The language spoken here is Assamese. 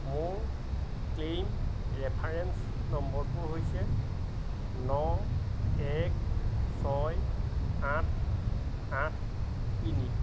মোৰ ক্লেইম ৰেফাৰেন্স নম্বৰটো হৈছে ন এক ছয় আঠ আঠ তিনি